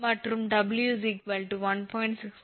84 50 50 𝑘𝑁 மற்றும் 𝑊 1